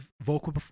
vocal